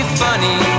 funny